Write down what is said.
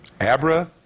Abra